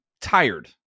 tired